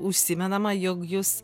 užsimenama jog jūs